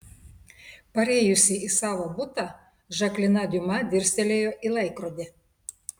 parėjusi į savo butą žaklina diuma dirstelėjo į laikrodį